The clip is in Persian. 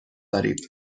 دارید